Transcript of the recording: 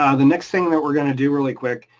ah the next thing that we're going to do really quick,